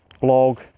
blog